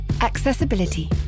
Accessibility